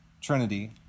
Trinity